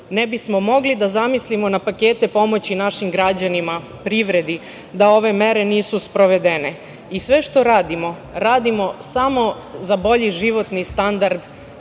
Ne bismo mogli da zamislimo na pakete pomoći našim građanima, privredi, da ove mere nisu sprovedene. Sve što radimo radimo samo za bolji životni standard